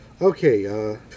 okay